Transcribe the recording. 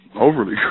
overly